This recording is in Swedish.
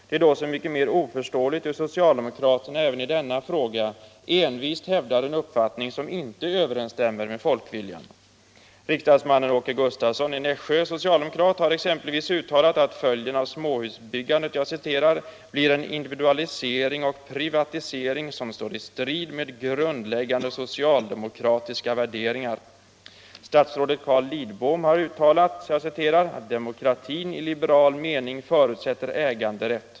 Det är då så mycket mer oförståeligt hur socialdemokrater även i denna fråga envist hävdar en uppfattning som inte överensstämmer med folkviljan. Riksdagsmannen Åke Gustavsson i Nässjö har exempelvis uttalat att följden av småhusbyggandet ”blir en individualisering och privatisering som står i strid med grundläggande socialdemokratiska värderingar”. Statsrådet Carl Lidbom har uttalat: ”Demokratin i liberal mening förutsätter äganderätt.